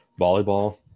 volleyball